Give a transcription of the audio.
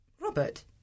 Robert